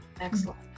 Excellent